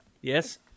Yes